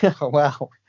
Wow